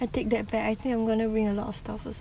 I take that back I think I'm going to bring a lot of stuff also